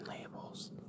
labels